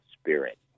spirit